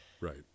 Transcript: Right